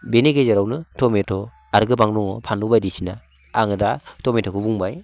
बेनि गेजेरावनो टमेट' आरो गोबां दङ फानलु बायदिसिना आङो दा टमेट'खौ बुंबाय